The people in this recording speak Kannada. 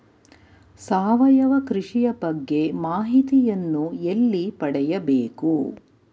ಸಾವಯವ ಕೃಷಿಯ ಬಗ್ಗೆ ಮಾಹಿತಿಯನ್ನು ಎಲ್ಲಿ ಪಡೆಯಬೇಕು?